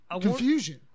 Confusion